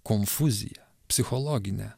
konfuziją psichologinę